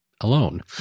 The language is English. alone